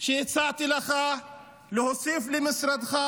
שהצעתי לך להוסיף למשרדך,